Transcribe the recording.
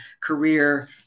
career